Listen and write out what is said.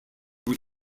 were